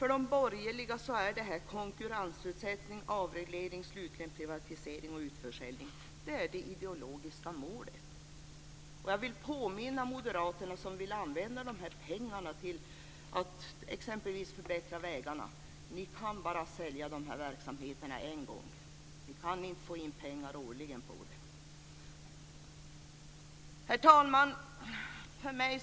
För de borgerliga är konkurrensutsättning, avreglering och slutligen privatisering och utförsäljning det ideologiska målet. Jag vill påminna moderaterna som vill använda pengarna till att exempelvis förbättra vägarna: Ni kan bara sälja dessa verksamheter en gång. Ni kan inte få in pengar årligen på det. Herr talman!